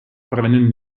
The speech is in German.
brennen